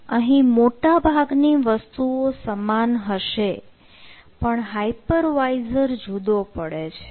અહીં મોટાભાગની વસ્તુઓ સમાન હશે પણ હાઇપર વાઈઝર જુદો પડે છે